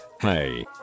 Hey